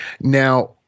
Now